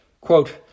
Quote